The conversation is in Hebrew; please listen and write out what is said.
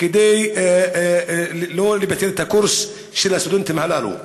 כדי לא לבטל את הקורס של הסטודנטים הללו.